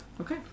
Okay